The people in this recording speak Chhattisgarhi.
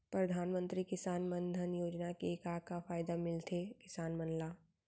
परधानमंतरी किसान मन धन योजना के का का फायदा मिलथे किसान मन ला?